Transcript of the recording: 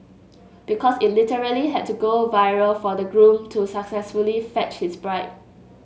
because it literally had to go viral for the groom to successfully fetch his bride